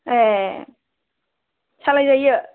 ए सालाइ जायो